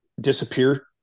disappear